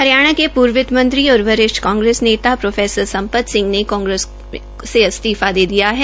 हरियाणा के पूर्व वित्तमंत्री और वरिष्ठ कांग्रेस नेता प्रो सम्पत सिंह ने कांग्रेस से इस्तीफा दे दिया है